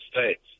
States